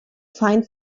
find